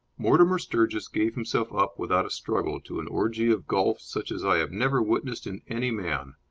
mortimer sturgis gave himself up without a struggle to an orgy of golf such as i have never witnessed in any man.